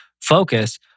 focus